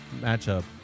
matchup